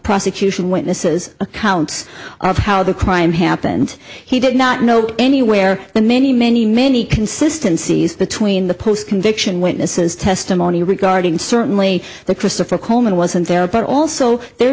prosecution witnesses accounts of how the crime happened he did not know anywhere in many many many consistencies between the post conviction witnesses testimony regarding certainly the christopher coleman wasn't there but also the